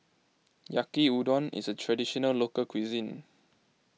Yaki Udon is a Traditional Local Cuisine